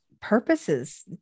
purposes